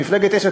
במפלגת יש עתיד,